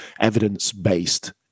evidence-based